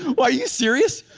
but are you serious?